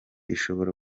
ishobora